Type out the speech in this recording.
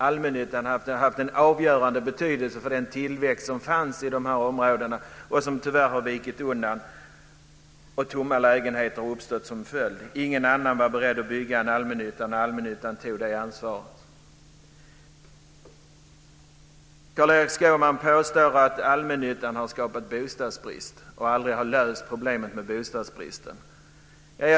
Allmännyttan har haft en avgörande betydelse för den tillväxt som fanns i de här områdena och som tyvärr har vikit undan. Tomma lägenheter har uppstått som följd. Ingen annan var beredd att bygga en allmännytta, men allmännyttan tog det ansvaret. Carl-Erik Skårman påstår att allmännyttan har skapat bostadsbrist och att den aldrig har löst problemet med bostadsbristen.